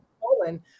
Poland